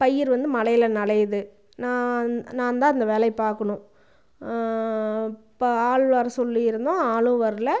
பயிர் வந்து மழையில் நனையிது நான் நான்தான் அந்த வேலையை பார்க்கணும் இப்போ ஆள் வர சொல்லி இருந்தோம் ஆளும் வரல